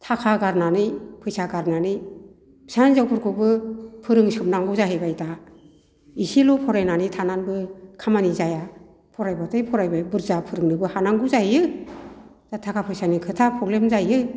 थाखा गारनानै फैसा गारनानै फिसा हिनजावफोरखौबो फोरोंजोबनांगौ जाहैबाय दा एसेल' फरायनानै थानानैबो खामानि जाया फरायबाथाय फरायबाय बुरजा फोरोंनोबो हानांगौ जायो दा थाखा फैसानि खोथा प्रब्लेम जायो